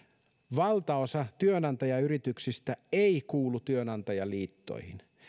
valtaosa työnantajayrityksistä ei kuulu työnantajaliittoihin